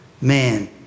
man